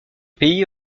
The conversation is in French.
pays